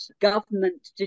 government